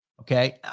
Okay